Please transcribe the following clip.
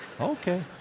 okay